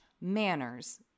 manners